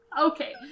Okay